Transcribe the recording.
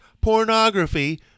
pornography